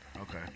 Okay